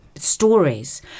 stories